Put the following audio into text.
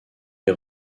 les